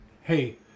Hey